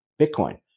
Bitcoin